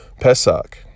Pesach